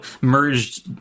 merged